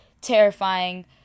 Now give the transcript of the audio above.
Terrifying